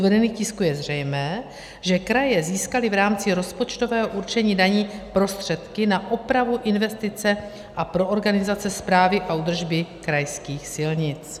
Z uvedených tisků je zřejmé, že kraje získaly v rámci rozpočtového určení daní prostředky na opravu, investice a pro organizace správy a údržby krajských silnic.